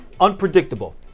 Unpredictable